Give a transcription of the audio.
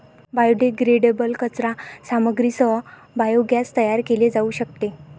biodegradable कचरा सामग्रीसह biogas तयार केले जाऊ शकते